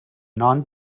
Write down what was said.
non